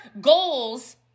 goals